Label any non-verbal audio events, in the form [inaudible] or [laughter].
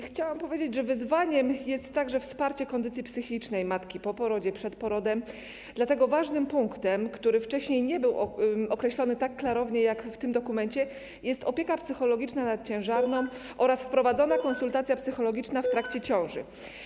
Chciałam powiedzieć, że wyzwaniem jest także wsparcie kondycji psychicznej matki po porodzie, przed porodem, dlatego ważnym punktem, który wcześniej nie był określony tak klarownie jak w tym dokumencie, jest opieka psychologiczna nad ciężarną [noise] oraz wprowadzona konsultacja psychologiczna w trakcie ciąży.